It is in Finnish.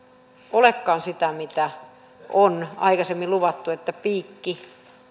olekaan sitä mitä on aikaisemmin luvattu kun piikki